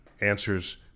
answers